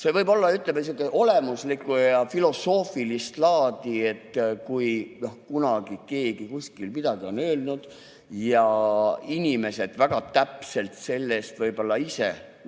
See võib olla, ütleme, olemuslikku ja filosoofilist laadi. Et kunagi keegi kuskil midagi on öelnud ja inimesed väga täpselt sellest võib-olla ise otseselt